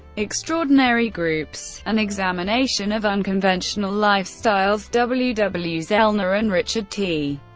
extraordinary groups an examination of unconventional lifestyles, w. w. zellner and richard t.